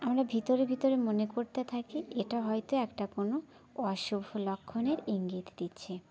আমরা ভিতরে ভিতরে মনে করতে থাকি এটা হয়তো একটা কোনো অশুভ লক্ষণের ইঙ্গিত দিচ্ছে